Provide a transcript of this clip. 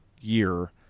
year